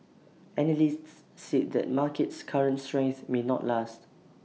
analysts said that market's current strength may not last